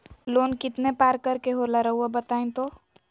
Loan कितने पारकर के होला रऊआ बताई तो?